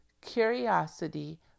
curiosity